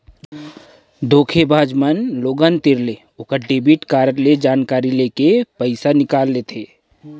धोखेबाज बाज मन लोगन तीर ले ओकर डेबिट कारड ले जानकारी लेके पइसा निकाल लेथें